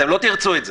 אתם לא תרצו את זה.